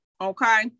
Okay